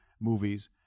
movies